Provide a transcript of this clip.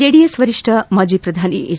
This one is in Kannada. ಜೆಡಿಎಸ್ ವರಿಷ್ಠ ಮಾಜಿ ಪ್ರಧಾನಿ ಎಚ್